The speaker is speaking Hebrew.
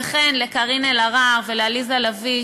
וכן לקארין אלהרר ולעליזה לביא,